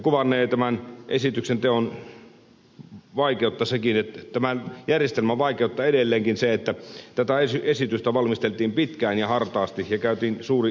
kuvannee tämän esityksen teon vaikeutta sekin ja tämän järjestelmän vaikeutta edelleenkin se että tätä esitystä valmisteltiin pitkään ja hartaasti ja käytiin suuri julkinen keskustelu